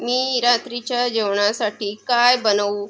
मी रात्रीच्या जेवणासाठी काय बनवू